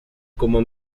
como